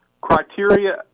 criteria